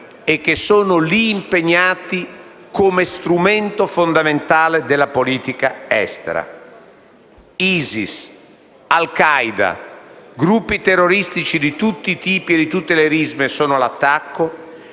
e che sono lì impegnati come strumento fondamentale della politica estera. ISIS, Al Qaeda, gruppi terroristici di tutti i tipi e le risme sono all'attacco